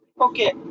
okay